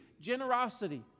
generosity